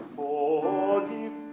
forgive